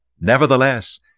Nevertheless